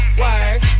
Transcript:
work